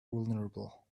vulnerable